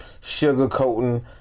sugar-coating